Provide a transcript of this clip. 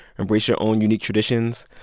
embrace yeah own unique traditions.